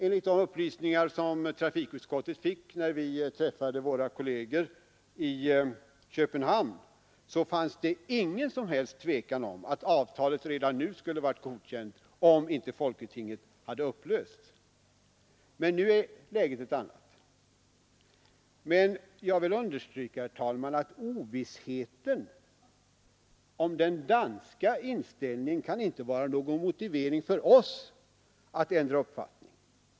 Enligt de upplysningar som trafikutskottet fick, när vi träffade våra kolleger i Köpenhamn, finns det inget som helst tvivel om att avtalet redan nu skulle ha varit godkänt, om inte folketinget hade upplösts. Nu är läget ett annat. Men jag vill understryka att ovissheten om den danska inställningen inte kan vara någon motivering för oss att ändra uppfattning.